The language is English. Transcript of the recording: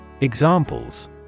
Examples